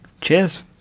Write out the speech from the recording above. Cheers